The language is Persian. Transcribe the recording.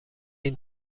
این